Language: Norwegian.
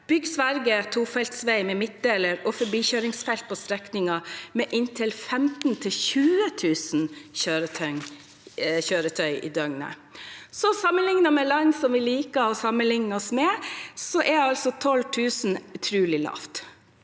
bygger Sverige tofeltsvei med midtdeler og forbikjøringsfelt på strekninger med inntil 15 000–20 000 kjøretøy i døgnet. Sammenlignet med land som vi liker å sammenligne oss med, er altså 12 000 utrolig lavt.